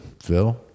Phil